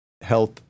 health